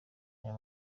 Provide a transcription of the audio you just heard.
aya